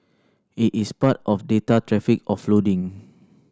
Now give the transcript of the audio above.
it is part of data traffic offloading